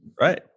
right